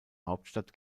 hauptstadt